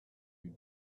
you